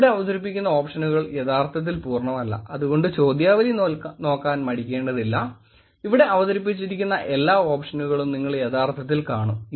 ഞാൻ ഇവിടെ അവതരിപ്പിക്കുന്ന ഓപ്ഷനുകൾ യഥാർത്ഥത്തിൽ പൂർണ്ണമല്ല അതുകൊണ്ട് ചോദ്യാവലി നോക്കാൻ മടിക്കേണ്ടതില്ല അവിടെ അവതരിപ്പിച്ച എല്ലാ ഓപ്ഷനുകളും നിങ്ങൾ യഥാർത്ഥത്തിൽ കാണും